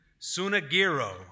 Sunagiro